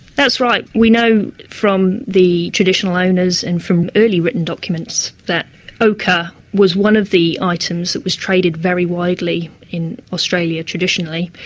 that's right. we know from the traditional owners and from early written documents that ochre was one of the items that was traded very widely in australia traditionally.